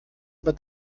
aber